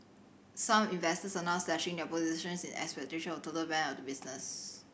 some investors are now slashing their positions in expectations of a total ban of the business